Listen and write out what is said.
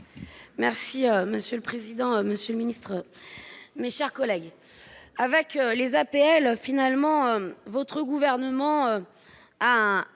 Merci monsieur le président, monsieur le ministre, mes chers collègues, avec les APL, finalement, votre gouvernement a un